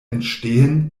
entstehen